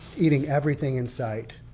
eating everything in sight.